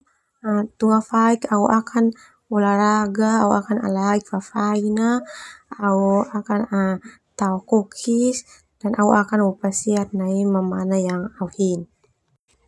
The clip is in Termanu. Tunga faik au olahraga au alaik fafai na au akan tao kokis au pasiar nai mamana au hij.